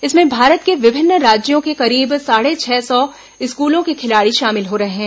इसमें भारत के विभिन्न राज्यों के करीब साढ़े छह सौ स्कूलों के खिलाड़ी शामिल हो रहे हैं